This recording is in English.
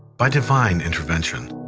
by divine intervention,